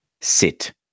sit